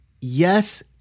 Yes